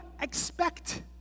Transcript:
expect